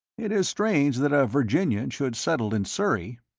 it is strange that a virginian should settle in surrey.